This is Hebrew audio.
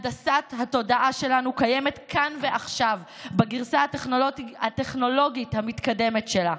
הנדסת התודעה שלנו קיימת כאן ועכשיו בגרסה הטכנולוגית המתקדמת שלה.